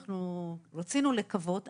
אנחנו רצינו לקוות,